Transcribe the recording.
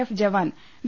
F Jawan V